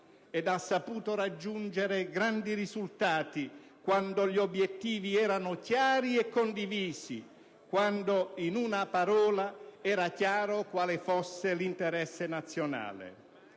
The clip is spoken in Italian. ed ha saputo raggiungere grandi risultati, quando gli obiettivi erano chiari e condivisi, quando - in una parola - era chiaro quale fosse l'interesse nazionale.